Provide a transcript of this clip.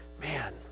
man